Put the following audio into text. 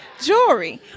jewelry